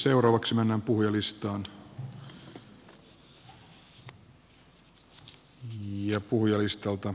seuraavaksi mennään puhujalistaan